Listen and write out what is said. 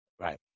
Right